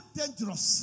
dangerous